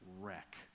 wreck